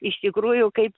iš tikrųjų kaip